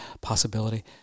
possibility